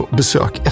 besök